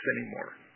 anymore